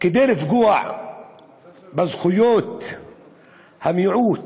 כדי לפגוע בזכויות המיעוט